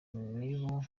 nibo